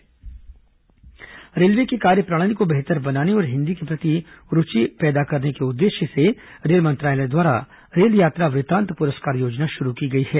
railway निबंध प्रतियोगिता railway की कार्यप्रणाली को बेहतर बनाने और हिन्दी के प्रति रूचि उत्पन्न करने के उद्देश्य से रेल मंत्रालय द्वारा रेल यात्रा वृतांत पूरस्कार योजना शुरू की गई है